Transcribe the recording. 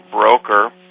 broker